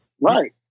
Right